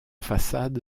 façade